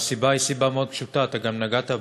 והסיבה היא סיבה מאוד פשוטה, ואתה גם נגעת בה: